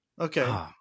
Okay